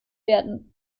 werden